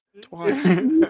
twice